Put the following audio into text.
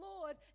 Lord